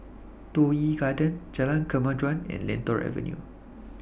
Toh Yi Garden Jalan Kemajuan and Lentor Avenue